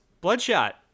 bloodshot